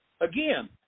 Again